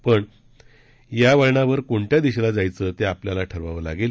पण एका ह्या वळणावरती कोणत्या दिशेला जायचं ते आपल्याला ठरवावं लागेल